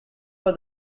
what